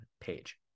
page